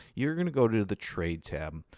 you're going to go to to the trade tab.